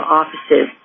offices